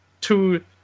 two